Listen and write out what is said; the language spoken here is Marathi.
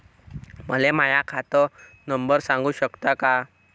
मले माह्या खात नंबर सांगु सकता का?